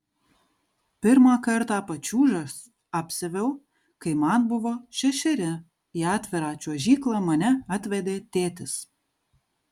pirmą kartą pačiūžas apsiaviau kai man buvo šešeri į atvirą čiuožyklą mane atvedė tėtis